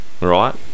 right